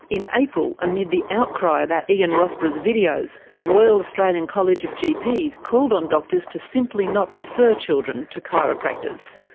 in april, amid the outcry about ian rossborough's videos, the royal australian college of gps called on doctors to simply not refer children to chiropractors.